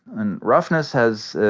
and roughness, has,